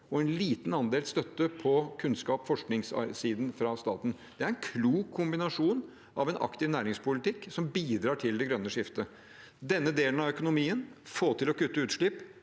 og en liten andel støtte på kunnskaps- og forskningssiden fra staten. Det er en klok kombinasjon av en aktiv næringspolitikk som bidrar til det grønne skiftet. Denne delen av økonomien, det å få til å kutte utslipp,